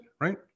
right